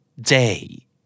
day